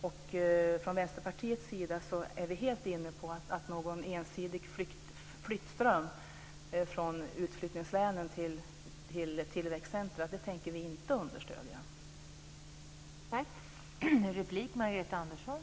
Vi i Vänsterpartiet är helt inne på att en ensidig flyttström från utflyttningslänen till tillväxtcentrum är något som vi inte tänker understödja.